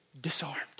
disarmed